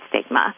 stigma